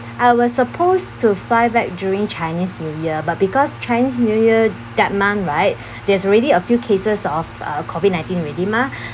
I was supposed to fly back during chinese new year but because chinese new year that month right there's already a few cases of uh COVID nineteen already mah